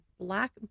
black